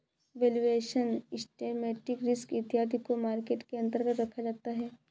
valuation, systematic risk इत्यादि को market के अंतर्गत रखा जाता है